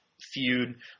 feud